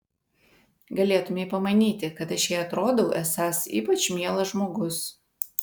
galėtumei pamanyti kad aš jai atrodau esąs ypač mielas žmogus